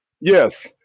Yes